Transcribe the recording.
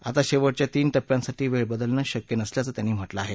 आता शेवटच्या तीन टप्प्यांसाठी वेळ बदलणं शक्य नसल्याचं त्यांनी म्हटलं आहे